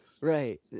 right